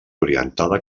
orientada